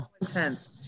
intense